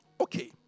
Okay